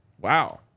Wow